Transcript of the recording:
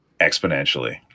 exponentially